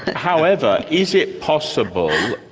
however, is it possible